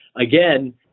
again